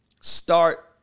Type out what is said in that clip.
start